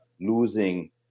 losing